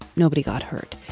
nobody got hurt.